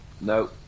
No